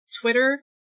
Twitter